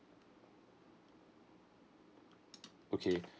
okay